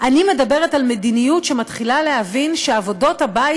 אני מדברת על מדיניות שמתחילה להבין שעבודות הבית